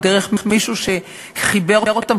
או דרך מישהו שחיבר אותם,